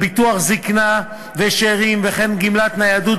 ביטוח זיקנה ושאירים וכן גמלת ניידות